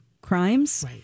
crimes